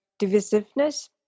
divisiveness